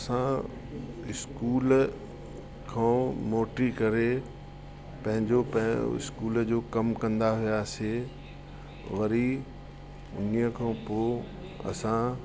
असां स्कूल खां मोटी करे पंहिंजो पंहिंजो स्कूल जो कमु कंदा हुआसीं वरी उन्हीअ खां पोइ असां